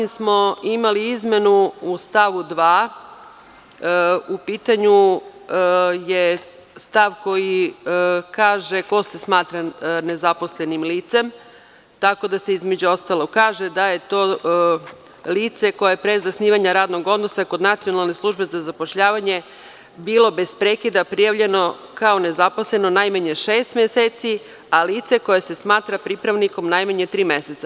Mi smo imali izmenu u stavu 2. a u pitanju je stav koji kaže, ko se smatra nezaposlenim licem, tako da se između ostalog kaže da je to lice koje je pre zasnivanja radnog odnosa kod Nacionalne službe za zapošljavanje bilo bez prekida prijavljeno kao nezaposleno, najmanje šest meseci, a lice koje se smatra pripravnikom, najmanje tri meseca.